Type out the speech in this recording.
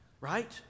right